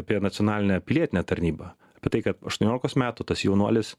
apie nacionalinę pilietinę tarnybą apie tai kad aštuoniolikos metų tas jaunuolis